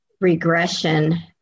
regression